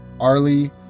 Arlie